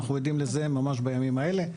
ואנחנו עדים לזה ממש בימים האלה.